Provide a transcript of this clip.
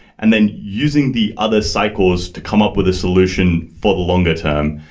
and then using the other cycles to come up with a solution for the longer term.